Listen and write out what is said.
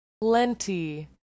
Plenty